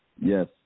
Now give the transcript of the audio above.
Yes